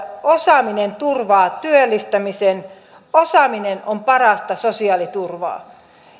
osaaminen turvaa työllistymisen ja osaaminen on parasta sosiaaliturvaa